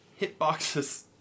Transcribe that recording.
Hitboxes